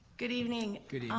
good evening. good evening.